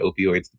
opioids